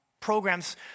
programs